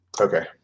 Okay